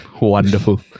Wonderful